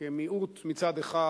כי הם מיעוט, מצד אחד,